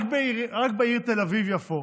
רק בעיר תל אביב-יפו,